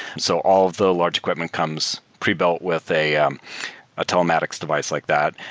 so all the large equipment comes prebuilt with a um telematics device like that.